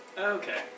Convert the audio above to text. Okay